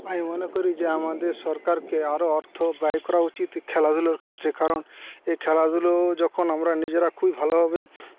আমি মনে করি যে আমাদের সরকারকে আরো অর্থ ব্যয় করা উচিত খেলাধুলোর ক্ষেত্রে কারণ এই খেলাধুলো যখন আমরা নিজেরা খুবই ভালোভাবে